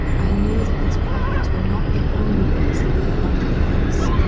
i knew that these problems were not the only ones the airline would face.